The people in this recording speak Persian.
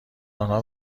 آنها